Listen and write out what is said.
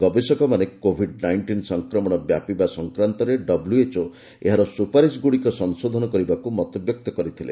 ଗବେଷକମାନେ COVID nineteen ସଂକ୍ରମଣ ବ୍ୟାପିବା ସଂକ୍ରାନ୍ତରେ ଡବ୍ଲ୍ୟଏଚ୍ଓ ଏହାର ସୁପାରିଶଗୁଡ଼ିକ ସଂଶୋଧନ କରିବାକୁ ମତବ୍ୟକ୍ତ କରିଥିଲେ